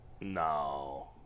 No